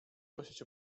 prosić